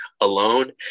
alone